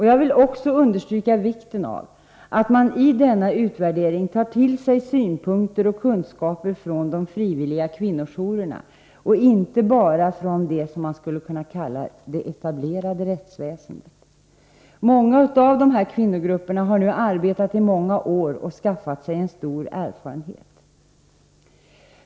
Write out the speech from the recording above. Jag vill också understryka vikten av att man i denna utvärdering tar till sig synpunkter och kunskaper från de frivilliga kvinnojourerna och inte bara från det som man skulle kunna kalla det ”etablerade” rättsväsendet. Många av dessa kvinnogrupper har nu arbetat i flera år och har skaffat sig en stor erfarenhet.